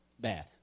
bad